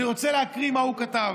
אני רוצה להקריא מה הוא כתב